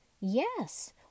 Yes